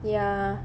ya